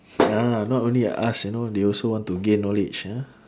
ah not only us you know they also want to gain knowledge ah